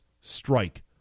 strike